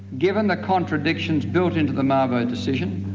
given the contradictions built into the mabo decision,